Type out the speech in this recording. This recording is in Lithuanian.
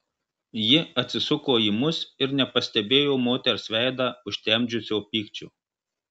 ji atsisuko į mus ir nepastebėjo moters veidą užtemdžiusio pykčio